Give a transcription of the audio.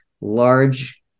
large